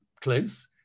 close